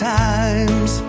times